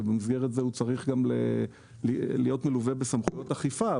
ובמסגרת זה הוא גם צריך להיות מלווה בסמכויות אכיפה,